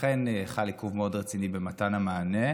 אכן חל עיכוב מאוד רציני במתן המענה,